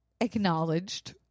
acknowledged